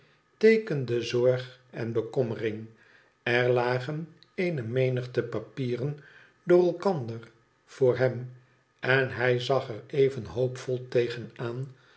teekende zorg en bekommering er lagen eene menigte papieren door elkander voor hem en hij zag er even hoopvol tegen aan